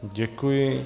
Děkuji.